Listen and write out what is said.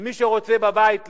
מי שרוצה בבית לפעול,